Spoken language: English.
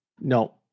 No